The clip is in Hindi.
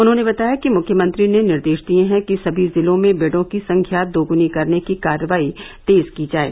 उन्होंने बताया कि मुख्यमंत्री ने निर्देश दिये हैं कि सभी जिलों में बेडों की संख्या दोगुनी करने की कार्रवाई तेज की जाये